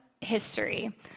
history